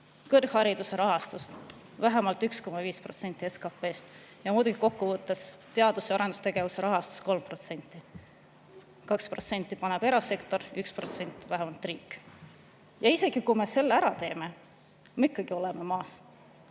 Kõrghariduse rahastus vähemalt 1,5% SKP‑st. Ja muidugi kokkuvõttes teadus‑ ja arendustegevuse rahastus 3% – 2% paneb erasektor, vähemalt 1% riik. Ja isegi kui me selle ära teeme, oleme ikkagi maas.